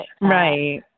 Right